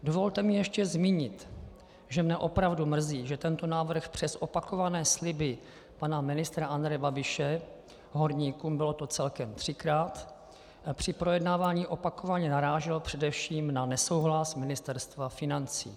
Dovolte mi ještě zmínit, že mě opravdu mrzí, že tento návrh přes opakované sliby pana ministra Andreje Babiše horníkům, bylo to celkem třikrát, při projednávání opakovaně narážel především na nesouhlas Ministerstva financí.